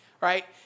right